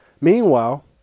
Meanwhile